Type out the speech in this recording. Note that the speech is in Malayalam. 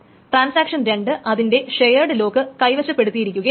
ട്രാൻസാക്ഷൻ 2 അതിന്റെ ഷെയേട് ലോക്ക് കൈവശപ്പെടുത്തിയിരിക്കുകയാണ്